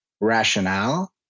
rationale